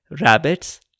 rabbits